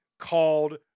called